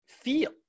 feel